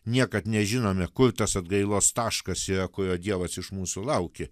niekad nežinome kur tas atgailos taškas yra kurio dievas iš mūsų laukė